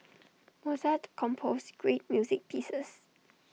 Mozart composed great music pieces